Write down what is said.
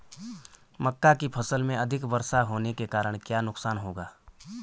मक्का की फसल में अधिक वर्षा होने के कारण क्या नुकसान होगा?